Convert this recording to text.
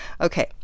okay